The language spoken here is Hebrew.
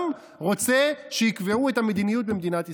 רוצה שיקבעו את המדיניות במדינת ישראל.